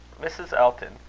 mrs. elton,